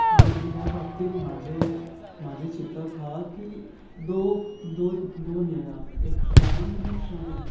ह्या बाबतींत म्हाजें चिंतप आसा की दोन हें हा एक श्रमण आनी एक श्रामीक